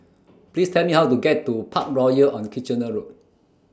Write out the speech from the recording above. Please Tell Me How to get to Parkroyal on Kitchener Road